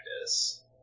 practice